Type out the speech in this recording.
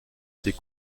ces